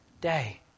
day